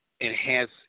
enhance